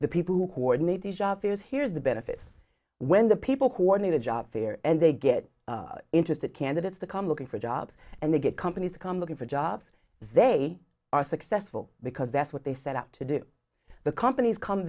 the people who coordinated job fairs here's the benefit when the people coordinate a job there and they get interested candidates to come looking for jobs and they get companies come looking for jobs they are successful because that's what they set out to do the companies come